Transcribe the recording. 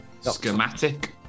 Schematic